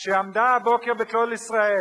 שדיברה הבוקר ב"קול ישראל"